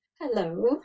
Hello